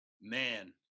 man